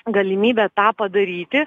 galimybę tą padaryti